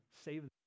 save